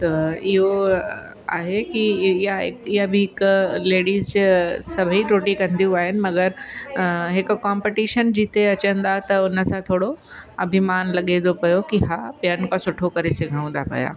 त इहो आहे की इहा इया बि हिकु लेडीज़ सभई रोटी कंदियूं आहिनि मगरि हिकु कॉम्पटीशन जीते अचंदा त उन सां थोरो अभिमान लॻे थो पियो की हा ॿियनि खां सुठो करे सघूं था पिया